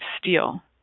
steel